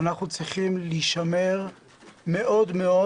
דרך אגב,